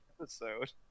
episode